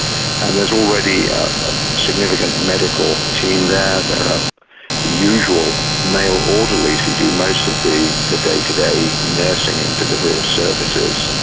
and there's already a but significant medical team there, there are the usual male orderlies who do most of the the day-to-day nursing and delivery of services,